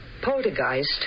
Poltergeist